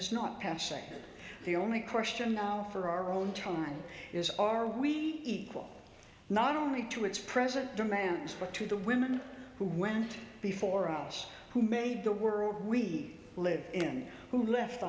is not passe the only question now for our own time is are we will not only to its present demands but to the women who went before us who made the world we live in who left